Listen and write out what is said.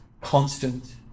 constant